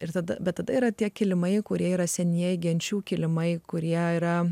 ir tad bet tada yra tie kilimai kurie yra senieji genčių kilimai kurie yra